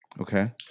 Okay